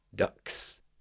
ducks